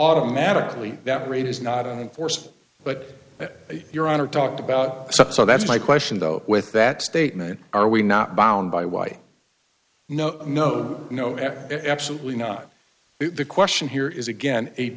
automatically that rate is not in force but your honor talked about that's my question though with that statement are we not bound by why no no no at absolutely not the question here is again a